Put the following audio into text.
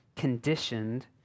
conditioned